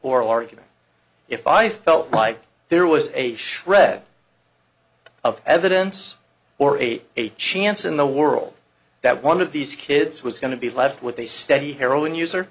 oral argument if i felt like there was a shred of evidence or a a chance in the world that one of these kids was going to be left with a steady heroin user